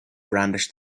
brandished